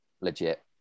legit